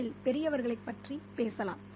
கதையில் பெரியவர்களைப் பற்றி பேசலாம்